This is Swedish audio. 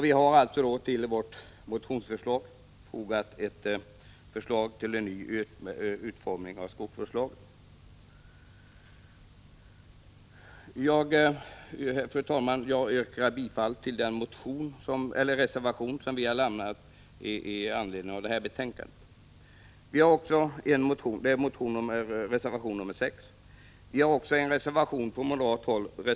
Vi har till motionen fogat ett förslag till ny utformning av skogsvårdslagen. Fru talman! Jag yrkar bifall till den reservation som fogats till utskottsbe Reservation 4 kommer också från moderat håll.